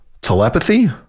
telepathy